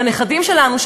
לנכדים שלנו,